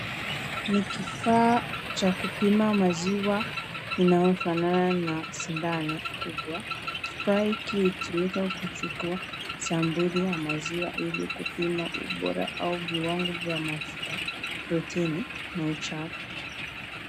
Ni kifaa Cha kupima maziwa inayofanana na sindano kubwa. Kifaa hiki hutumika kuchukuwa sampuli ya maziwa ili kupima ubora au viwango vya mafuta, protini na uchafu.